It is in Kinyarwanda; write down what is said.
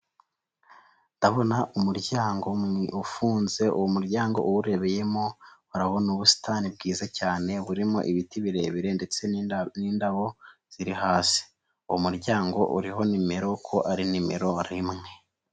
Ndabona umuryango ufunze, uwo muryango uwurebeyemo urabona ubusitani bwiza cyane, urimo ibiti birebire ndetse n'indabo ziri hasi, uwo muryango uriho nimero, ko ari nimero rimwe.